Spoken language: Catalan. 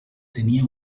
tenia